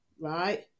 right